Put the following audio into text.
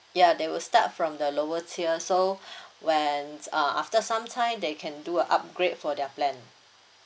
yeah they will start from the lower tier so when uh after some time they can do a upgrade for their plan